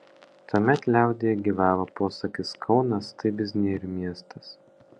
tuomet liaudyje gyvavo posakis kaunas tai biznierių miestas